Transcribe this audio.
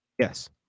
Yes